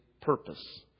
purpose